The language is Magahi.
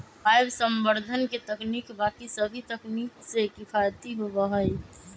वायवसंवर्धन के तकनीक बाकि सभी तकनीक से किफ़ायती होबा हई